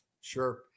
Sure